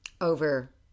over